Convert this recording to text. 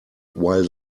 while